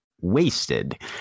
wasted